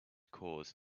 cause